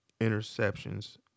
interceptions